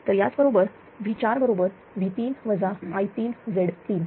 तर याच बरोबर V4 बरोबर V3 I3 Z3